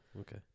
okay